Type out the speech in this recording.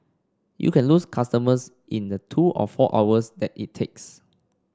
you can lose customers in the two or four hours that it takes